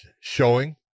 showing